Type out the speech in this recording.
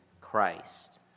Christ